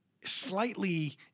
slightly